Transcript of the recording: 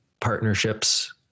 partnerships